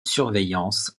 surveillance